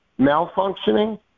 malfunctioning